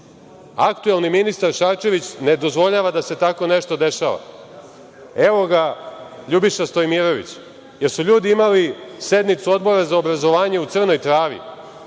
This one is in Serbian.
Aktuelni ministar Šarčević ne dozvoljava da se tako nešto dešava. Evo ga LJubiša Stojimirović. Jesu li ljudi imali sednicu Odbora za obrazovanje u Crnoj Travi?